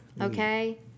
okay